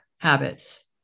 habits